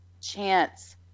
chance